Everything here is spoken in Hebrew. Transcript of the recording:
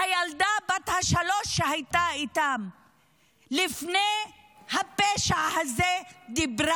הילדה בת השלוש שהייתה איתן דיברה לפני הפשע הזה.